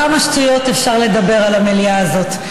כמה שטויות אפשר לדבר במליאה הזאת.